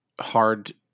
hard